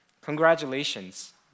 congratulations